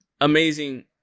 amazing